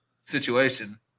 situation